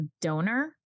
donor